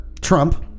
Trump